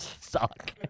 suck